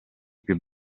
più